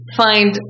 find